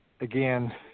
again